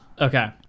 Okay